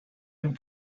and